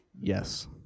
Yes